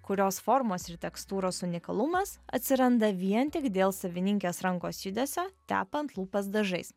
kurios formos ir tekstūros unikalumas atsiranda vien tik dėl savininkės rankos judesio tepant lūpas dažais